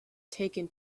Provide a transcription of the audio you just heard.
taken